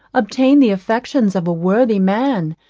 obtain the affection of a worthy man,